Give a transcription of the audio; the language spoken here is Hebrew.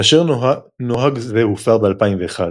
כאשר נוהג זה הופר ב-2001,